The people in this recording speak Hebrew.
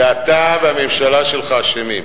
ואתה והממשלה שלך אשמים.